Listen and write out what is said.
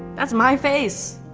that's my face.